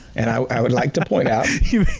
and i would like to point out. yeah